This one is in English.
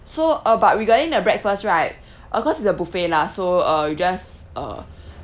so uh but regarding the breakfast right of course is a buffet lah so uh you just uh